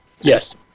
Yes